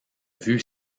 vue